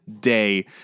day